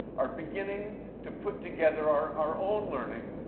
are beginning to put together our our own learning.